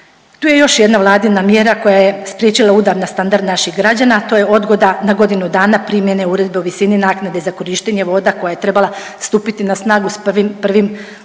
Tu je još jedna Vladina mjera koja je spriječila udar na standard naših građana, a to je odgoda na godinu dana primjene Uredbe o visini naknade za korištenje voda koja je trebala stupiti na snagu s 1.1. ove